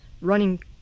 running